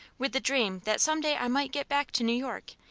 with the dream that some day i might get back to new york,